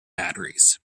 batteries